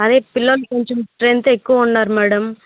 అదే పిల్లలు కొంచెం స్ట్రెంత్ ఎక్కువ ఉన్నారు మేడమ్